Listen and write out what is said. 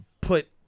put